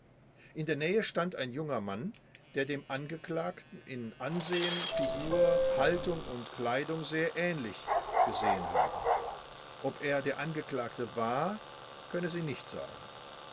in der nähe stand ein junger mann der dem angeklagten in ansehen figur haltung und kleidung sehr ähnlich gesehen habe ob es der angeklagte war könne sie nicht sagen